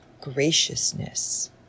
graciousness